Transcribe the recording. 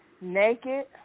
Naked